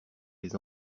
les